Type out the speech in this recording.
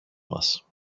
μας